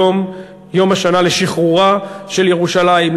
היום יום השנה לשחרורה של ירושלים,